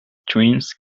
dreams